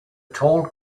tall